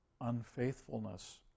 unfaithfulness